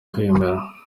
kwemera